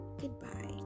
goodbye